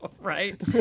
Right